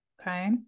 Okay